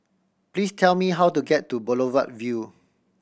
please tell me how to get to Boulevard Vue